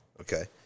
okay